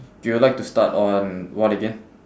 do you like to start on what again